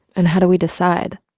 and how do we decide?